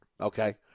Okay